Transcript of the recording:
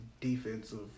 defensive